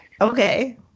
Okay